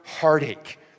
heartache